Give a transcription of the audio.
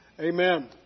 Amen